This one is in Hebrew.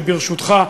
ברשותך,